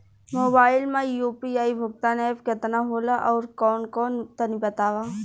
Mobile म UPI भुगतान app केतना होला आउरकौन कौन तनि बतावा?